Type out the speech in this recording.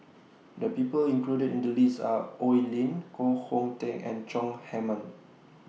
The People included in The list Are Oi Lin Koh Hong Teng and Chong Heman